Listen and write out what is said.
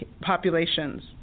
populations